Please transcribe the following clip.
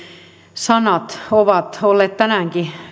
sanat ovat olleet tänäänkin